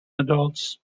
adults